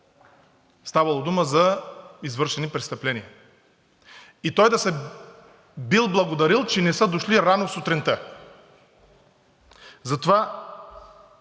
ставало дума за извършени престъпления и той да се бил благодарил, че не са дошли рано сутринта. Затова,